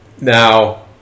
Now